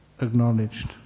acknowledged